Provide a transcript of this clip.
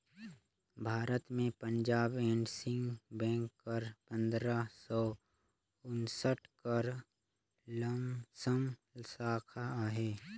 भारत में Punjab and Sind Bank कर पंदरा सव उन्सठ कर लमसम साखा अहे